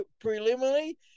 preliminary